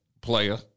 player